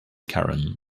caron